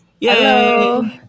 Hello